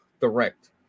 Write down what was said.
direct